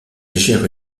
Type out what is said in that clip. gère